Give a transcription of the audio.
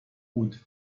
und